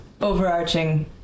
overarching